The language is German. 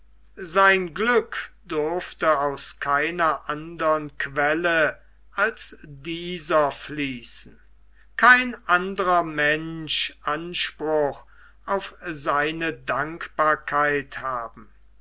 sein glück durfte aus keiner andern quelle als dieser fließen kein anderer mensch anspruch auf seine dankbarkeit haben